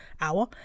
hour